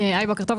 בוקר טוב.